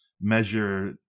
measure